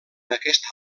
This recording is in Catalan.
aquest